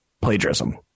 plagiarism